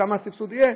כמה הסבסוד יהיה?